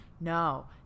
No